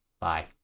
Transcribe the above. Bye